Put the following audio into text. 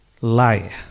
lie